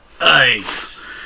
Ice